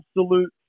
absolute